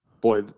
boy